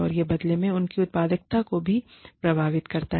और यह बदले में उनकी उत्पादकता को भी प्रभावित करता है